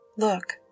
Look